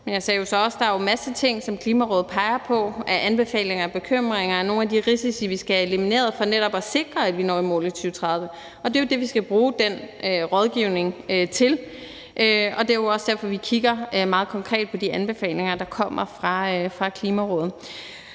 der er en masse ting, som Klimarådet peger på – anbefalinger og bekymringer og nogle af de risici, som vi skal have elimineret for netop at sikre, at vi når i mål i 2030. Og det er jo det, vi skal bruge den rådgivning til. Og det er jo også derfor, vi kigger meget konkret på de anbefalinger, der kommer fra Klimarådet.